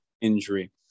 injury